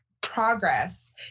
progress